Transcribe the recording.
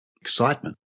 excitement